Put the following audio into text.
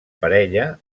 parella